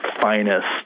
finest